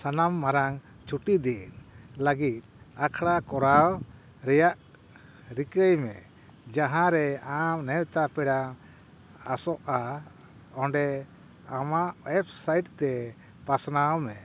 ᱥᱟᱱᱟᱢ ᱢᱟᱨᱟᱝ ᱪᱷᱩᱴᱤ ᱫᱤᱱ ᱞᱟᱹᱜᱤᱫ ᱟᱠᱷᱲᱟ ᱠᱚᱨᱟᱣ ᱨᱮᱭᱟᱜ ᱨᱤᱠᱟᱹᱭ ᱢᱮ ᱡᱟᱦᱟ ᱨᱮ ᱟᱢ ᱱᱮᱣᱛᱟ ᱯᱮᱲᱟ ᱟᱥᱚᱜᱼᱟ ᱚᱸᱰᱮ ᱟᱢᱟᱜ ᱳᱭᱮᱵᱥᱟᱭᱤᱰ ᱛᱮ ᱯᱟᱥᱱᱟᱣᱢᱮ